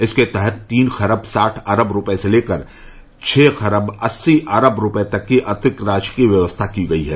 इसके तहत तीन खरब साठ अरब रुपए से लेकर छः खरब अस्सी अरब रुपए तक की अतिरिक्त राशि की व्यवस्था की गई है